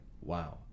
wow